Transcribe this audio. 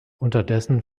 unterdessen